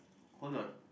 hold on